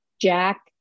Jack